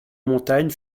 montagne